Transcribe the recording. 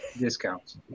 discounts